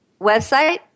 website